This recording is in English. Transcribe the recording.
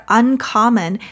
uncommon